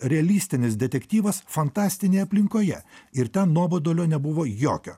realistinis detektyvas fantastinėje aplinkoje ir ten nuobodulio nebuvo jokio